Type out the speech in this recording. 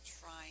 trying